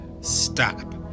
stop